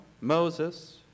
Moses